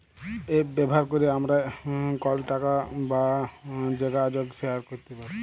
app ব্যাভার ক্যরে আমরা কলটাক বা জ্যগাজগ শেয়ার ক্যরতে পারি